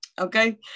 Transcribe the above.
okay